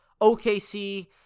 OKC